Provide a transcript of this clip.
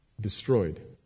Destroyed